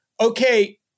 okay